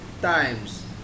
times